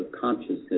consciousness